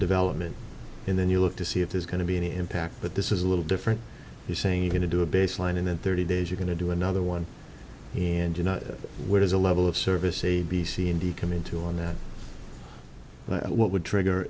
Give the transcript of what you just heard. development and then you look to see if there's going to be any impact but this is a little different you're saying you're going to do a baseline and then thirty days you're going to do another one and you know where does the level of service a b c indy come into on that what would trigger